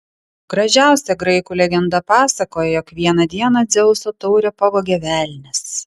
gražiausia graikų legenda pasakoja jog vieną dieną dzeuso taurę pavogė velnias